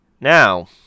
Now